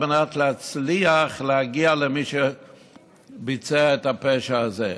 על מנת להצליח להגיע למי שביצע את הפשע הזה.